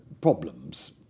problems